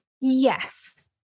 Yes